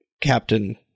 captain